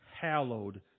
hallowed